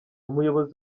umuyobozi